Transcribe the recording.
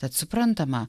tad suprantama